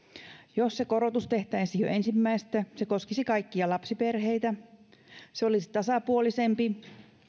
jos se korotus tehtäisiin jo ensimmäisestä se koskisi kaikkia lapsiperheitä se olisi tasapuolisempi